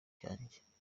cyanjye